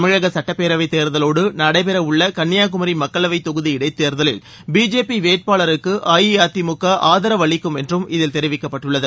தமிழக சட்டப்பேரவை தேர்தலோடு நடைபெறவுள்ள கன்னியாகுமரி மக்களவை தொகுதி இடைத்தேர்தலில் பிஜேபி வேட்பாளருக்கு அஇஅதிமுக இதில் தெரிவிக்கப்பட்டுள்ளது